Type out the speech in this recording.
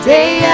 Day